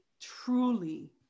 truly